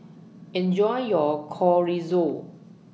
Enjoy your Chorizo